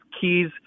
keys